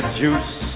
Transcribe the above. juice